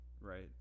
Right